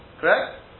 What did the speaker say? Correct